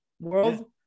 world